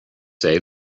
say